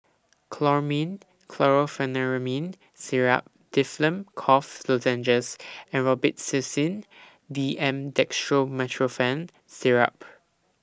Chlormine Chlorpheniramine Syrup Difflam Cough Lozenges and Robitussin D M Dextromethorphan Syrup